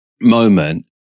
moment